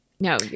No